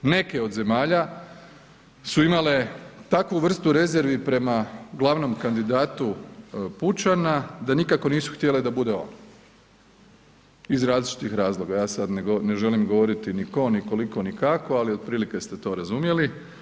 Neke od zemalja su imale takvu vrstu rezervi prema glavnom kandidatu pučana da nikako nisu htjele da bude on iz različitih razloga, ja sad ne želim govoriti ni tko, ni koliko, ni kako, ali otprilike ste to razumjeli.